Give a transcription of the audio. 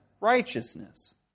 righteousness